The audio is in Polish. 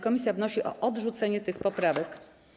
Komisja wnosi o odrzucenie tych poprawek.